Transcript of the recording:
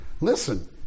Listen